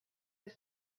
his